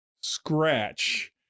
scratch